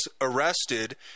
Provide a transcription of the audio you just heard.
arrested